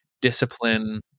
discipline